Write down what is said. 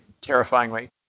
terrifyingly